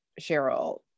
Cheryl